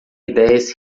idéias